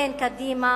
בין קדימה